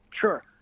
Sure